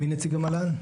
מי נציגי מל"ל?